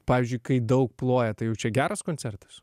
pavyzdžiui kai daug ploja tai jau čia geras koncertas